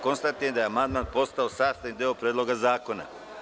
Konstatujem da je amandman postao sastavni deo Predloga zakona.